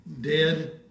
dead